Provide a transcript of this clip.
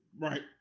Right